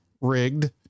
rigged